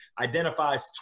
identifies